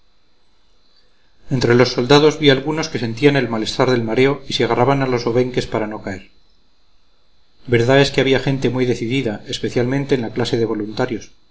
entre los soldados vi algunos que sentían el malestar del mareo y se agarraban a los obenques para no caer verdad es que había gente muy decidida especialmente en la clase de voluntarios